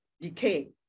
decay